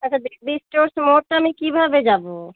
আচ্ছা দে দেবী স্টোরস মোড়টা আমি কীভাবে যাবো